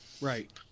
Right